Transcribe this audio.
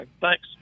thanks